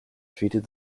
treated